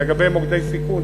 לגבי מוקדי סיכון,